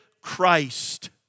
Christ